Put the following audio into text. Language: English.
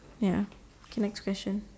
ya okay next question